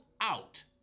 out